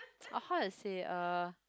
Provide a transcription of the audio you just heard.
or how to say uh